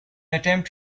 attempt